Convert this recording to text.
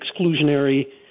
exclusionary